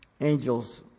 Angels